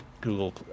Google